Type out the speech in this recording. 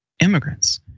immigrants